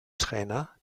trainer